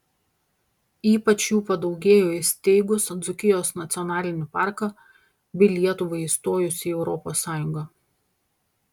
ypač jų padaugėjo įsteigus dzūkijos nacionalinį parką bei lietuvai įstojus į europos sąjungą